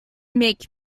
make